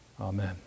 Amen